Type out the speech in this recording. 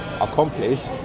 accomplish